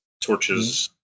Torches